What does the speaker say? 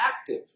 active